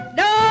no